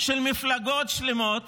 של מפלגות שלמות